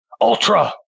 Ultra